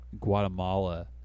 Guatemala